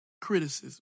criticism